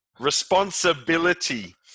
responsibility